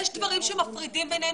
יש דברים שמפרידים בינינו,